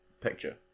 Picture